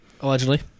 Allegedly